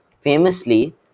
Famously